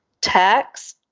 tax